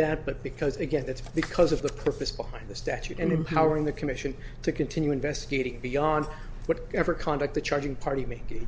that but because again that's because of the purpose behind the statute and empowering the commission to continue investigating beyond what ever conduct the charging party me you